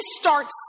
starts